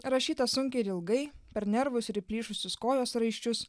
rašyta sunkiai ir ilgai per nervus ir įplyšusius kojos raiščius